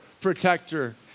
protector